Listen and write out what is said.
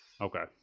Okay